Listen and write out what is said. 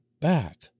back